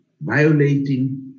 violating